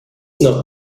not